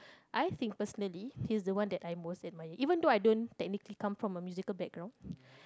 I think personally he is the one that I most admire even though I don't technically come from a musical background